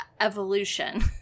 evolution